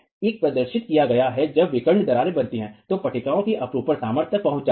यह प्रदर्शित किया गया है कि जब विकर्ण दरारें बनती हैं तो पट्टिकाओं की अपरूपण सामर्थ्य तक पहुँच जाती है